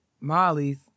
Molly's